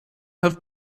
have